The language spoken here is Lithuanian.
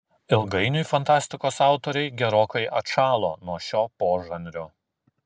ilgainiui fantastikos autoriai gerokai atšalo nuo šio požanrio